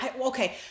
Okay